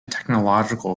technological